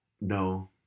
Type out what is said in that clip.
No